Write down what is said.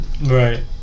Right